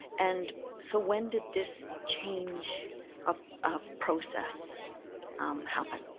and so when did this change of of process um happen?